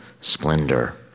splendor